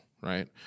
Right